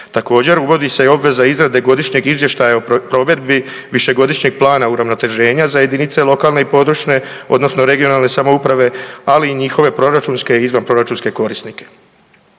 Također, uvodi se i obveza izrade godišnjeg izvještaja o provedbi Višegodišnjeg plana uravnoteženja za jedinice lokalne i područne (regionalne) samouprave, ali i njihove proračunske i izvanproračunske korisnike.